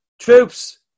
Troops